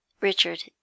Richard